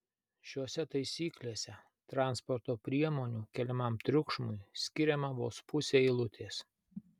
šiose taisyklėse transporto priemonių keliamam triukšmui skiriama vos pusė eilutės